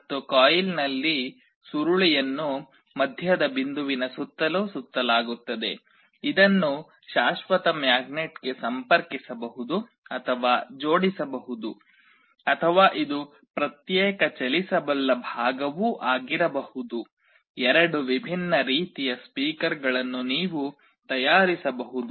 ಮತ್ತು ಕಾಯಿಲ್ ನಲ್ಲಿ ಸುರುಳಿಯನ್ನು ಮಧ್ಯದ ಬಿಂದುವಿನ ಸುತ್ತಲೂ ಸುತ್ತಲಾಗುತ್ತದೆ ಇದನ್ನು ಶಾಶ್ವತ ಮ್ಯಾಗ್ನೆಟ್ಗೆ ಸಂಪರ್ಕಿಸಬಹುದು ಅಥವಾ ಜೋಡಿಸಬಹುದು ಅಥವಾ ಇದು ಪ್ರತ್ಯೇಕ ಚಲಿಸಬಲ್ಲ ಭಾಗವೂ ಆಗಿರಬಹುದು ಎರಡು ವಿಭಿನ್ನ ರೀತಿಯ ಸ್ಪೀಕರ್ಗಳನ್ನು ನೀವು ತಯಾರಿಸಬಹುದು